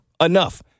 enough